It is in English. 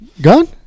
Gun